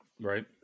Right